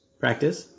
practice